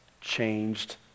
changed